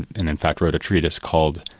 and in fact wrote a treatise called.